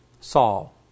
Saul